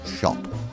shop